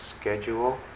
schedule